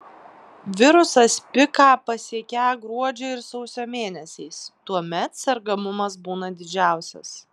virusas piką pasiekią gruodžio ir sausio mėnesiais tuomet sergamumas būna didžiausias